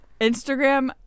Instagram